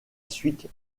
suite